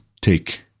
take